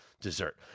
dessert